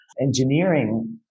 engineering